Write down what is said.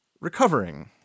Recovering